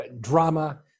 Drama